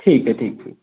ठीक है ठीक ठीक